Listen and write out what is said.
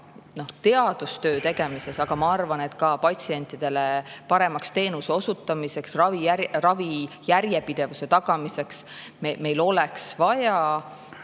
Teadustöö tegemiseks, aga ma arvan, et ka patsientidele paremaks teenuste osutamiseks, ravi järjepidevuse tagamiseks oleks vaja